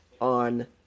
on